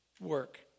work